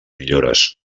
millores